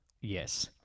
Yes